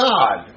God